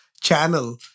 channel